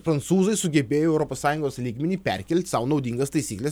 prancūzai sugebėjo į europos sąjungos lygmenį perkelt sau naudingas taisykles